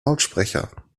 lautsprecher